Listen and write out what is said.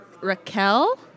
Raquel